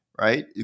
right